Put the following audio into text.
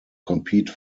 compete